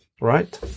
right